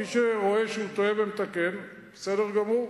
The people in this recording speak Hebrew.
מי שרואה שהוא טועה ומתקן, בסדר גמור.